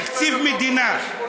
תקציב מדינה,